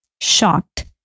shocked